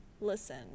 listen